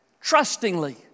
Trustingly